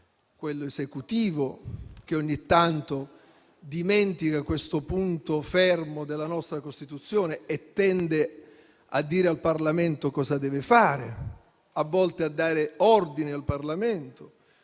quello esecutivo, che ogni tanto dimentica questo punto fermo della nostra Costituzione e tende a dire al Parlamento cosa deve fare, e a volte a dare ordini al Parlamento,